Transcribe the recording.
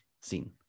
scene